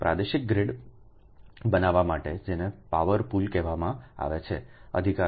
પ્રાદેશિક ગ્રીડ બનાવવા માટે જેને પાવર પૂલ પણ કહેવામાં આવે છે અધિકાર છે